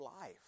life